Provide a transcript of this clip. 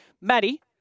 Maddie